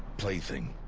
plaything.